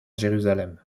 jérusalem